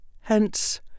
hence